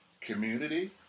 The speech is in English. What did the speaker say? Community